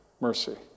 mercy